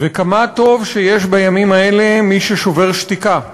וכמה טוב שיש בימים האלה מי ששובר שתיקה,